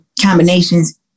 combinations